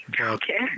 Okay